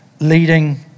leading